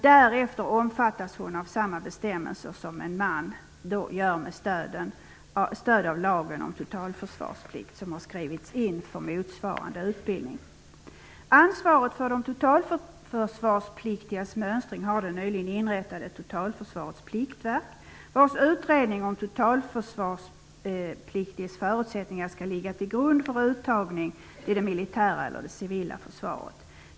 Därefter omfattas hon av samma bestämmelser som en man då gör, med stöd av lagen om totalförsvarsplikt som har skrivits in för motsvarande utbildning. Ansvaret för de totalförsvarspliktigas mönstring har det nyligen inrättade Totalförsvarets pliktverk, vars utredning om de totalförsvarspliktigas förutsättningar skall ligga till grund för uttagning till det militära eller civila försvaret.